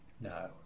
No